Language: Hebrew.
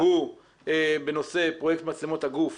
הנושא שלשמו התכנסנו היום הוא בנושא פרויקט מצלמות הגוף